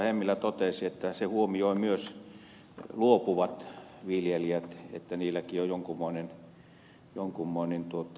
hemmilä totesi se huomioi myös luopuvat viljelijät että heilläkin on jonkunmoinen eläke